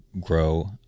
grow